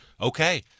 Okay